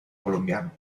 colombiano